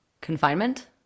confinement